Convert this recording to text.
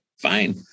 fine